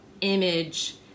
image